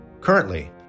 Currently